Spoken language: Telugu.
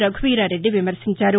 రఘువీరారెడ్డి విమర్శించారు